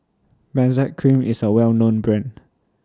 Benzac Cream IS A Well known Brand